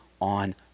on